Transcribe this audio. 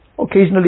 occasionally